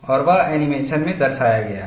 और वह एनीमेशन में दर्शाया गया है